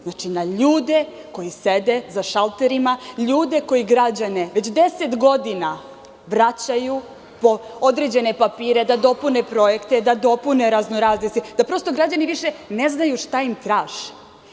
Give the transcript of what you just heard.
Znači, na ljude koji sede za šalterima, ljude koji građane već 10 godina vraćaju po određene papire, da dopune projekte itd, da prosto građani više ne znaju šta im traže.